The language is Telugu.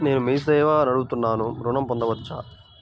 నేను మీ సేవా నడుపుతున్నాను ఋణం పొందవచ్చా?